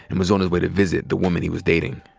and was on his way to visit the woman he was dating.